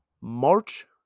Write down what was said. March